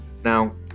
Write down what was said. Now